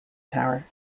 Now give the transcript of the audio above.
tower